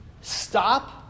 stop